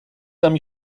tam